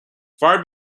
far